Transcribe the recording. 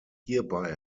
hierbei